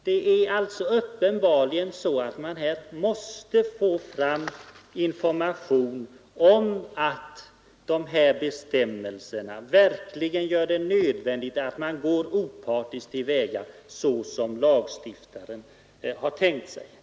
Det är alltså uppenbarligen så att man måste få fram information att dessa bestämmelser gör det nödvändigt att gå opartiskt till väga så som lagstiftaren och regeringen i stadgan tänkt sig.